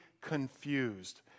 confused